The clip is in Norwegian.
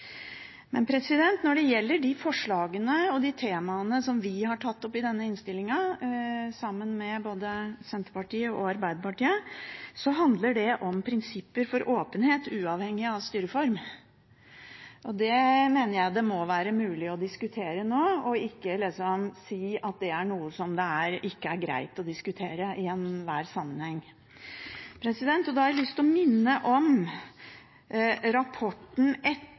Når det gjelder de forslagene og temaene som vi har tatt opp i denne innstillinga, sammen med både Senterpartiet og Arbeiderpartiet, så handler det om prinsipper for åpenhet, uavhengig av styreform. Og det mener jeg det må være mulig å diskutere nå, og ikke liksom si at det er noe som det ikke er greit å diskutere i enhver sammenheng. Da har jeg lyst å minne om rapporten